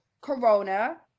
Corona